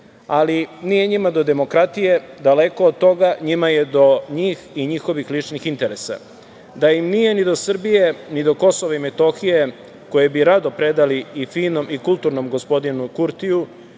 Ali, nije njima do demokratije, daleko od toga, njima je do njih i njihovih ličnih interesa. Da im nije ni do Srbije ni do Kosova i Metohije, koje bi rado predali i finom i kulturnom gospodinu Kurtiju,